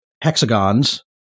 hexagons